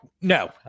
no